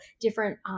different